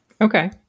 Okay